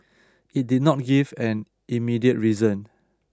it did not give an immediate reason